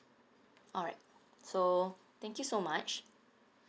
all right so thank you so much